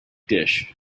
dish